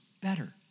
better